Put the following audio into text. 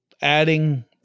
adding